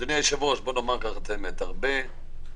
אדוני היושב ראש, בוא נאמר שהרבה אולמות